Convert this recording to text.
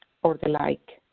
or the like.